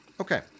Okay